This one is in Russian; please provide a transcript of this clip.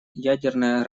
ядерное